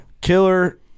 killer